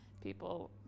people